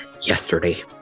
yesterday